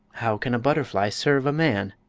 how can a butterfly serve a man?